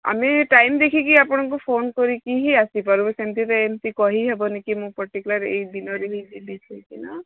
ଆମେ ଟାଇମ୍ ଦେଖିକି ଆପଣଙ୍କୁ ଫୋନ୍ କରିକି ହିଁ ଆସିପାରିବୁ ସେମତି ଏବେ ଏମିତି କହିହେବନି କି ମୁଁ ପଟିକୁଲାର୍ ଏଇ ଦିନରେ ବି ଯିବି କାହିଁକି ନା